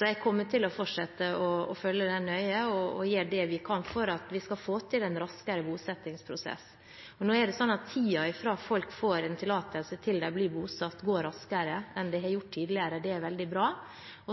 Jeg kommer til å fortsette å følge det nøye, og vi gjør det vi kan for at vi skal få til en raskere bosettingsprosess. Tiden fra folk får en tillatelse, til de blir bosatt, går raskere enn den har gjort tidligere. Det er veldig bra.